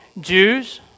Jews